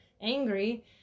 angry